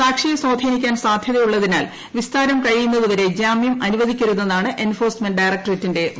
സാക്ഷിയെ സ്വാധീനിക്കാൻ സാധ്യതയുള്ളതിനാൽ വിസ്താരം കഴിയുന്നതുവരെ ജാമ്യം അനുവദിക്കരുതെന്നാണ് എൻഫോഴ്സ്മെന്റ് ഡയറക്ടറേറ്റിന്റെ വാദം